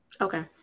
Okay